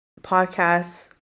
podcasts